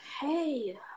hey